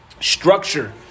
structure